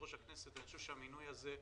חושב שהמינוי הזה,